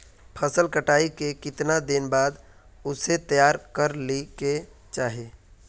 फसल कटाई के कीतना दिन बाद उसे तैयार कर ली के चाहिए?